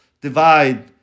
divide